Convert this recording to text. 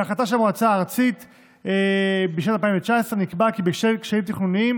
בהחלטה של המועצה הארצית משנת 2019 נקבע כי בשל קשיים תכנוניים